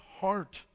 heart